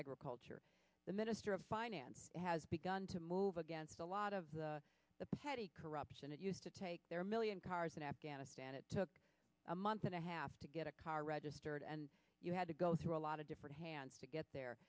agriculture the minister of finance has begun to move against a lot of the petty corruption that used to take their million cars in afghanistan it took a month and a half to get a car registered and you had to go through a lot of different hands to get there